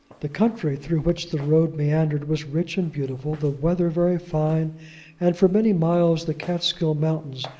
the country through which the road meandered, was rich and beautiful the weather very fine and for many miles the kaatskill mountains,